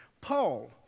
Paul